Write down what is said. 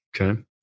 Okay